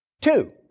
Two